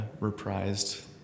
reprised